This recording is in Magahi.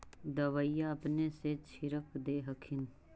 दबइया अपने से छीरक दे हखिन?